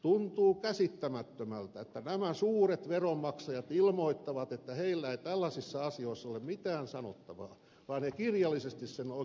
tuntuu käsittämättömältä että nämä suuret veronmaksajat ilmoittavat että heillä ei tällaisissa asioissa ole mitään sanottavaa ja ne kirjallisesti sen oikein ilmoittavat